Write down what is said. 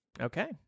Okay